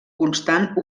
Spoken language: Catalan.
constant